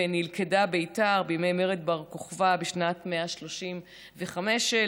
ונלכדה בית"ר בימי מרד בר-כוכבא בשנת 135 לספירה,